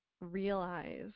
realize